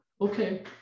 Okay